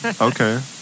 Okay